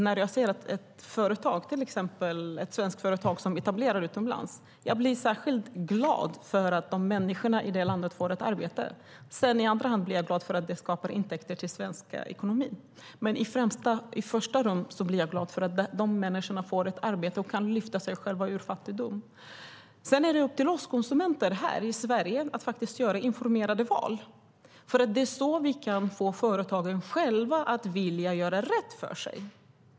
När jag ser att ett företag, till exempel ett svenskt företag, etableras utomlands blir jag särskilt glad för att människorna i det landet får ett arbete. I andra hand blir jag glad för att det skapar intäkter till den svenska ekonomin. Men i första rummet blir jag glad för att de här människorna får ett arbete och kan lyfta sig själva ur fattigdom. Sedan är det upp till oss konsumenter här i Sverige att faktiskt göra informerade val. Det är så vi kan få företagen själva att vilja göra rätt för sig.